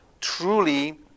truly